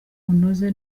bunoze